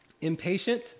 impatient